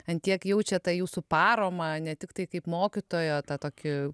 ant tiek jaučia tą jūsų paramą ne tiktai kaip mokytojo tą tokį